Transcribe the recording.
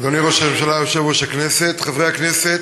אדוני ראש הממשלה, יושב-ראש הכנסת, חברי הכנסת,